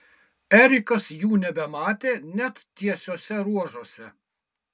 erikas jų nebematė net tiesiuose ruožuose